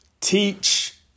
teach